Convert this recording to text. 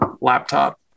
laptop